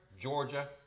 Georgia